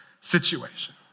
situation